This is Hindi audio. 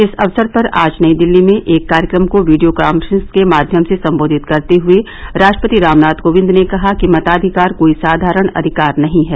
इस अवसर पर आज नई दिल्ली में एक कार्यक्रम को वीडियो कॉन्फ्रेंस के माध्यम से सम्बोधित करते हुये राष्ट्रपति रामनाथ कोविंद ने कहा कि मताधिकार कोई साधारण अधिकार नही है